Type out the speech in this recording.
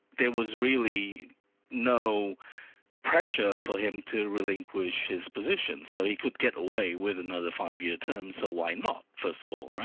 there was really no pressure for him to relinquish his position, so he could get away with another five-year term, so why not, first of all, right?